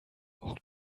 och